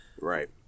Right